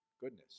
Goodness